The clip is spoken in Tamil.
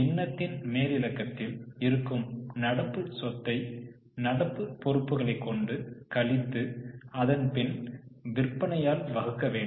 பின்னத்தின் மேலிழக்கதில் இருக்கும் நடப்பு சொத்தையை நடப்பு பொறுப்புகளை கொண்டு கழித்து அதன்பின் விற்பனையால் வகுக்க வேண்டும்